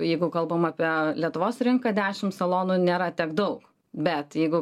jeigu kalbam apie lietuvos rinką dešimt salonų nėra tiek daug bet jeigu